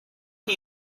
can